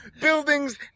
buildings